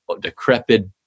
decrepit